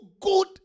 good